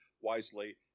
wisely